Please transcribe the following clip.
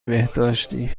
بهداشتی